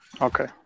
Okay